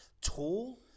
tall